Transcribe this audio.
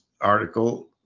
article